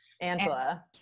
Angela